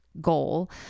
goal